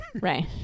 Right